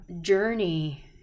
journey